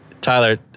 Tyler